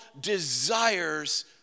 desires